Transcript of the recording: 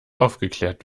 aufgeklärt